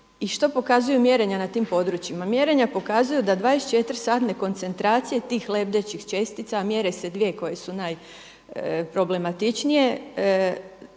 I što pokazuju mjerenja na tim područjima? Mjerenja pokazuju da 24 satne koncentracije tih lebdećih čestica mjere se dvije koje su najproblematičnije.